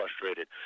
frustrated